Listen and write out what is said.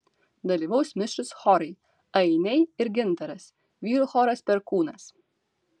dalyvaus mišrūs chorai ainiai ir gintaras vyrų choras perkūnas